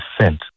sent